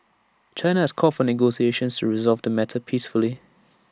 China has called for negotiations to resolve the matter peacefully